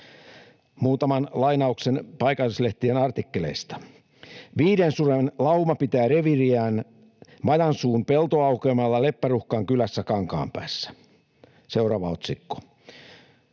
Muutama lainaus paikallislehtien artikkeleista: ”Viiden suden lauma pitää reviiriään Majansuun peltoaukealla Leppäruhkan kylässä Kankaanpäässä.” Seuraava otsikko: